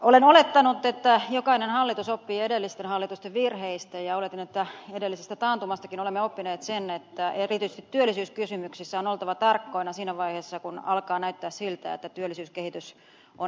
olen olettanut että jokainen hallitus oppii edellisten hallitusten virheistä ja oletin että edellisestä taantumastakin olemme oppineet sen että erityisesti työllisyyskysymyksissä on oltava tarkkoina siinä vaiheessa kun alkaa näyttää siltä että työllisyyskehitys on heikentymässä